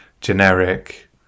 generic